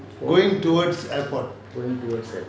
going towards airport